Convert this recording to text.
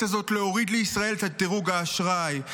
הזאת להוריד לישראל את דירוג האשראי.